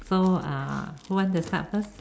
so who want to start first